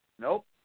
Nope